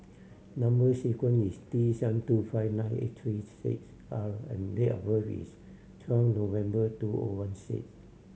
number sequence is T seven two five nine eight three six R and date of birth is twelve November two O one six